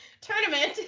tournament